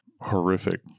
horrific